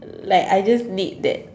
like I just need that